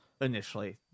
initially